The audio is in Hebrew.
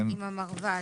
עם המרב"ד.